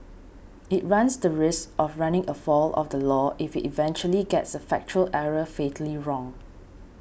it runs the risk of running afoul of the law if it eventually gets a factual error fatally wrong